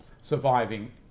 surviving